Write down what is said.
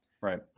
Right